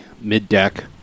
mid-deck